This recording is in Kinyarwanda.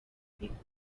kubikora